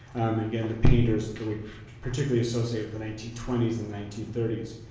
again the painters that we particularly associate with the nineteen twenty s and nineteen thirty s,